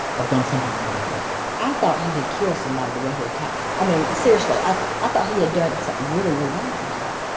i've done something terrible i thought he had killed somebody the way he had talked. i mean seriously, i ah thought he had done something so really, really bad. so i was like,